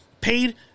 Paid